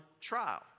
trial